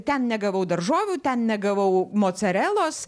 ten negavau daržovių ten negavau mocarelos